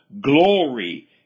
glory